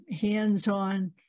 hands-on